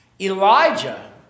Elijah